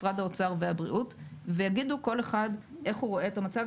משרד האוצר והבריאות ויגידו כל אחד איך הוא רואה את המצב,